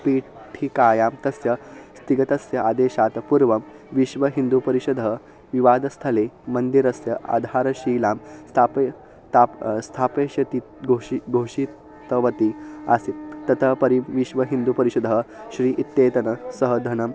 पीठिकायां तस्य स्थगितस्य आदेशात् पूर्वं विश्वहिन्दुपरिषदः विवादस्थले मन्दिरस्य आधारशिलां स्थापयत् ताप् स्थापयिष्यति घोषि घोषितवती आसीत् ततः परं विश्वहिन्दुपरिषदः श्री इत्येतेन सह धनम्